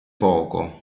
poco